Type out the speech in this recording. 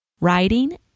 writing